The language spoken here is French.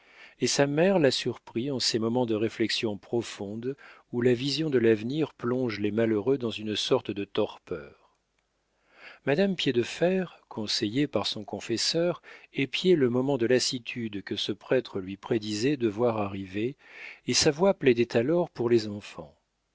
et sa mère la surprit en ces moments de réflexion profonde où la vision de l'avenir plonge les malheureux dans une sorte de torpeur madame piédefer conseillée par son confesseur épiait le moment de lassitude que ce prêtre lui prédisait devoir arriver et sa voix plaidait alors pour les enfants